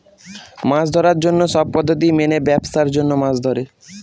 মাছ ধরার জন্য সব পদ্ধতি মেনে ব্যাবসার জন্য মাছ ধরে